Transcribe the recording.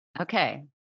Okay